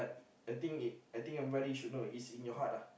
I think I think everybody should know it's in your heart uh